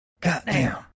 Goddamn